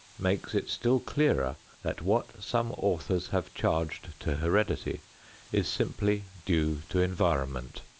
makes it still clearer that what some authors have charged to heredity is simply due to environment.